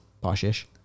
posh-ish